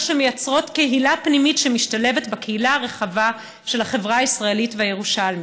שמייצרות קהילה פנימית שמשתלבת בקהילה הרחבה של החברה הישראלית והירושלמית.